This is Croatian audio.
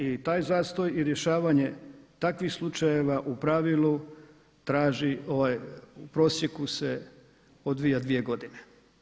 I taj zastoj i rješavanje takvih slučajeva u pravilu u prosjeku se odvija dvije godine.